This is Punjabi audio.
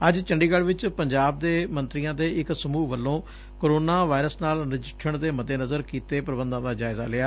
ਅੱਜ ਚੰਡੀਗੜ 'ਚ ਪੰਜਾਬ ਦੇ ਮੰਤਰੀਆਂਬ ਦੇ ਇਕ ਸਮੁਹ ਵਲੋਂ ਕਰੋਨਾ ਵਾਇਰਸ ਨਾਲ ਨਜਿੱਠਣ ਲਈ ਕੀਤੇ ਪ੍ਰਬੰਧਾਂ ਦਾ ਜਾਇਜਾ ਲਿਆ